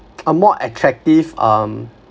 a more attractive um